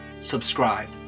subscribe